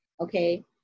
Okay